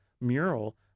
mural